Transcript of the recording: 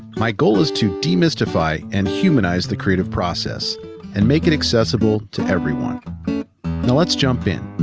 my goal is to demystify and humanize the creative process and make it accessible to everyone. now let's jump in.